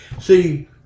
See